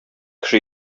кеше